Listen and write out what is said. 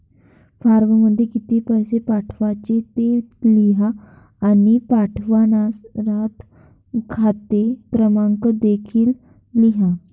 फॉर्ममध्ये किती पैसे पाठवायचे ते लिहा आणि पाठवणारा खाते क्रमांक देखील लिहा